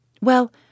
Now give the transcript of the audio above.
Well